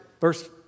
verse